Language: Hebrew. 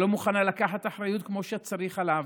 שלא מוכנה לקחת אחריות כמו שצריך על העבר.